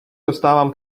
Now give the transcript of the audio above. dostávám